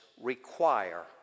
require